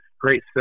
great